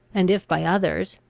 and if by others,